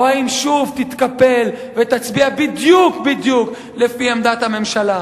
או האם שוב תתקפל ותצביע בדיוק בדיוק לפי עמדת הממשלה?